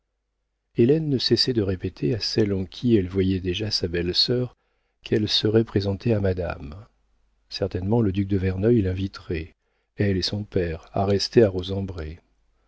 hélène ne cessait de répéter à celle en qui elle voyait déjà sa belle-sœur qu'elle serait présentée à madame certainement le duc de verneuil l'inviterait elle et son père à rester